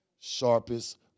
Sharpest